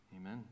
Amen